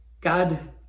God